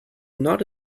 not